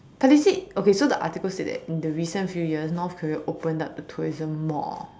but they said okay so the article said that in the recent few years North Korea opened up the tourism more